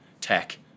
tech